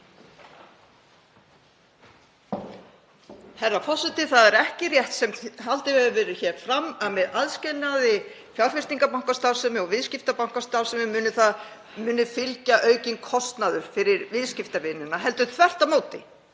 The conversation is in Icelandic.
Herra forseti. Það er ekki rétt sem haldið hefur verið fram að aðskilnaði fjárfestingarbankastarfsemi og viðskiptabankastarfsemi muni fylgja aukinn kostnaður fyrir viðskiptavinina heldur þvert á móti.